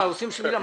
עושים שביל למטוס?